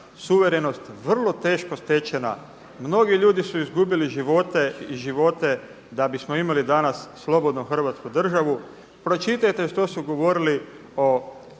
suverenost vrlo teško stečena, mnogi ljudi su izgubili živote i živote da bismo imali danas slobodnu Hrvatsku državu. Pročitajte što su govorili o